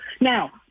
Now